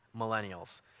millennials